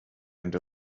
and